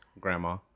grandma